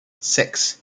six